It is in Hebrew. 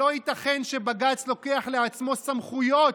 שלא ייתכן שבג"ץ לוקח לעצמו סמכויות,